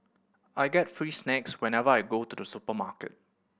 I get free snacks whenever I go to the supermarket